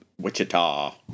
Wichita